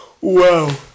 Wow